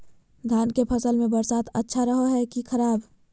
धान के फसल में बरसात अच्छा रहो है कि खराब?